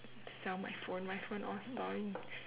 sell my phone my phone all storing